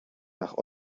nach